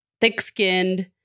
thick-skinned